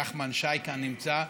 נחמן שי נמצא כאן.